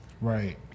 Right